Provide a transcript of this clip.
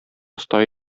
оста